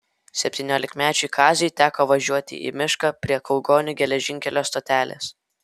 septyniolikmečiui kaziui teko važiuoti į mišką prie kaugonių geležinkelio stotelės